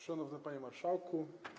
Szanowny Panie Marszałku!